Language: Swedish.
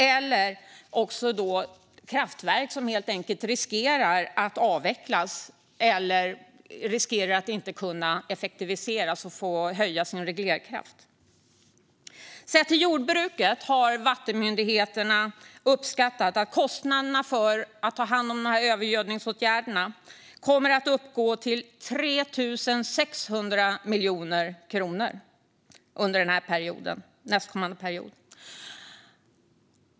Annars riskerar kraftverk helt enkelt att avvecklas eller att inte kunna få effektiviseras och höja sin reglerkraft. Sett till jordbruket har vattenmyndigheterna uppskattat att kostnaderna för övergödningsåtgärderna kommer att uppgå till 3 600 miljoner kronor nästkommande period.